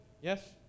Yes